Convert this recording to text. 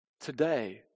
Today